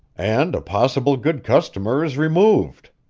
and a possible good customer is removed,